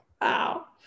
Wow